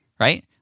right